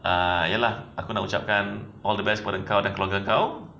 ah iya lah aku nak ucapkan all the best pada kau dan keluarga kau